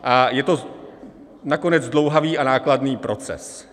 A je to nakonec zdlouhavý a nákladný proces.